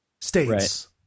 states